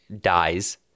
dies